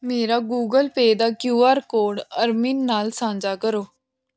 ਮੇਰਾ Google Pay ਦਾ QR code ਅਰਮਿਨ ਨਾਲ ਸਾਂਝਾ ਕਰੋ